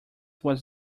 was